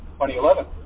2011